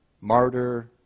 Martyr